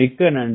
மிக்க நன்றி